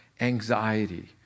anxiety